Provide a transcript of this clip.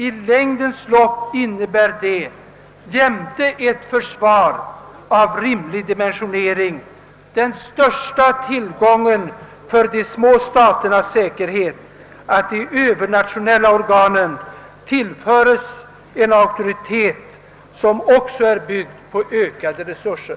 I längden innebär detta, jämte ett försvar av rimlig dimensionering, den största tillgången för de små staternas säkerhet genom att de övernationella organen tillföres en ökad auktoritet, som också är byggd på ökade resurser.